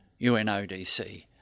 UNODC